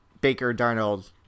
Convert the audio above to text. Baker-Darnold